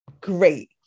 great